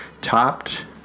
topped